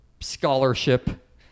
scholarship